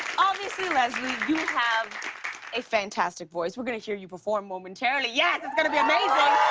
obviously, leslie, you have a fantastic voice. we're gonna hear you preform momentarily. yes! it's going to be amazing!